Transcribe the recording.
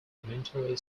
elementary